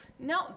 No